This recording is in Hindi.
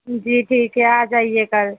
जी ठीक है आ जाइए कल